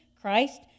Christ